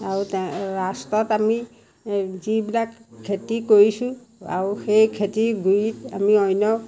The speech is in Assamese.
আৰু তে লাষ্টত আমি এ যিবিলাক খেতি কৰিছোঁ আৰু সেই খেতি গুৰিত আমি অন্য